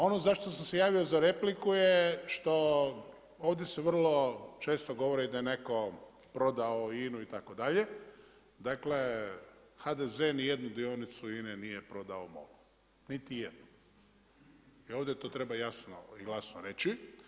Ono zašto sam se javio za repliku je što ovdje se vrlo često govori da je neko prodao INA-u itd., dakle HDZ nijednu dionice INA-e nije prodao MOL-u, niti jednu i ovdje to treba jasno i glasno reći.